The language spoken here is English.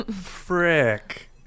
Frick